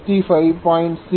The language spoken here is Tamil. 865